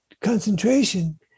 concentration